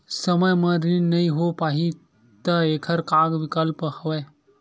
समय म ऋण नइ हो पाहि त एखर का विकल्प हवय?